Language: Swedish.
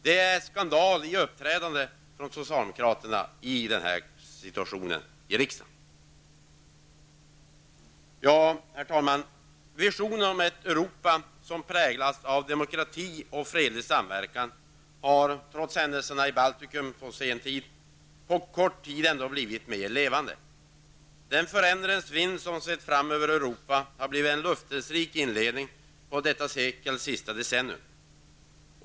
Detta socialdemokraternas uppträdande i den här debatten i riksdagen är en skandal. Herr talman! Visionen av ett Europa som präglas av demokrati och fredlig samverkan har, trots händelserna i Baltikum, på kort tid blivit mer levande. Den förändringens vind som svept fram över Europa har blivit en löftesrik inledning på detta sekels sista decennium.